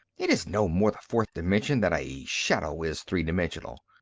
it is no more the fourth dimension than a shadow is three-dimensional.